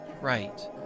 Right